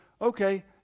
Okay